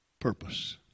Purpose